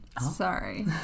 Sorry